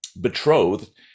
betrothed